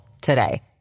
today